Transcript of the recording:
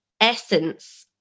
essence